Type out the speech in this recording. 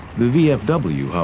the vfw,